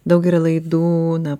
daug yra laidų na